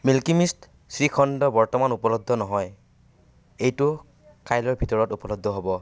milky মিষ্ট শ্ৰীখণ্ড বৰ্তমান উপলব্ধ নহয় এইটো কাইলৈৰ ভিতৰত উপলব্ধ হ'ব